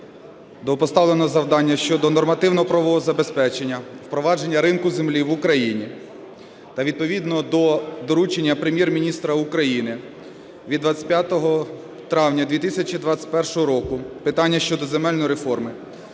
до поставленого завдання щодо нормативно-правового забезпечення впровадження ринку землі та відповідно до доручення Прем'єр-міністра України від 25 травня 2021 року питання щодо земельної реформи